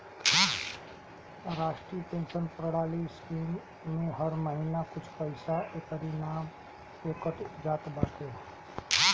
राष्ट्रीय पेंशन प्रणाली स्कीम में हर महिना कुछ पईसा एकरी नाम पअ कट जात बाटे